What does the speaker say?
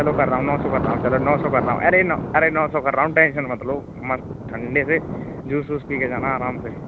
चलो कर रहा हूँ नौ सौ कर रहा हूँ चलो नौ सौ कर रहा हूँ अरे नौ अरे नौ सौ कर रहा हूँ टेन्सन मत लो मस्त ठंडे से जूस वूस पीकर जाना आराम से